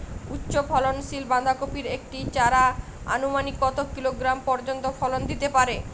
উচ্চ ফলনশীল বাঁধাকপির একটি চারা আনুমানিক কত কিলোগ্রাম পর্যন্ত ফলন দিতে পারে?